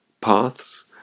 paths